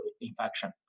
infection